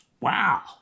Wow